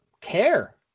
care